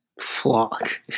Flock